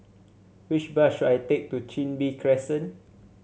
which bus should I take to Chin Bee Crescent